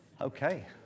okay